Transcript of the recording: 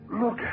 Look